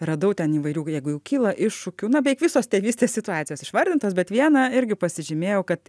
radau ten įvairių jeigu jau kyla iššūkių na beveik visos tėvystės situacijos išvardintos bet vieną irgi pasižymėjau kad